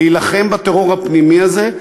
להילחם בטרור הפנימי הזה,